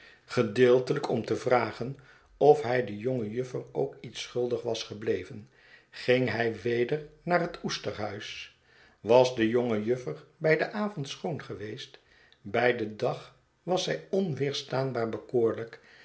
gedeeltelijk om te vragen of hij de jonge juffer ook iets schuldig was gebleven ging hij weder naar het oesterhuis was de jonge juffer bij den avond schoon geweest bij den dag was zij onweerstaanbaar bekoorlijk